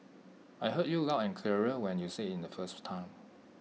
I heard you loud and clear when you said IT the first time